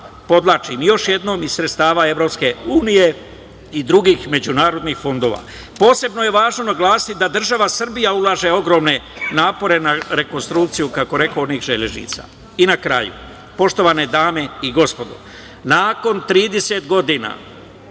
podvlačim još jednom, iz sredstava Evropske unije i drugih međunarodnih fondova. Posebno je važno naglasiti da država Srbija ulaže ogromne napore na rekonstrukciju, kako rekoh, onih železnica. Na kraju, poštovane dame i gospodo, nakon 30 godina,